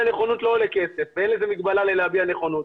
נכונות לא עולה כסף ואין מגבלה להבעת נכונות.